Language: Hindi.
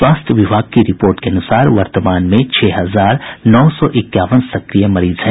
स्वास्थ्य विभाग की रिपोर्ट के अनुसार वर्तमान में छह हजार नौ सौ इक्यावन सक्रिय मरीज हैं